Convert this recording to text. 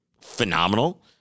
phenomenal